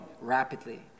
rapidly